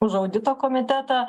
už audito komitetą